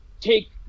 take